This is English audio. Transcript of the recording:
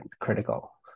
critical